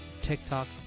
tiktok